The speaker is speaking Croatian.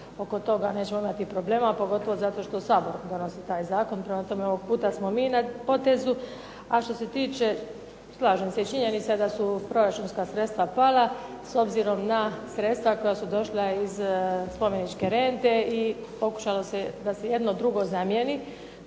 oko toga nećemo imati problema, pogotovo što Sabor donosi taj zakon. Prema tome, ovog puta smo mi na potezu. A što se tiče slažem se i činjenica je da su proračunska sredstva pala s obzirom na sredstva koja su došla iz spomeničke rente i pokušalo se da se jedno s drugim zamjeni